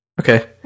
Okay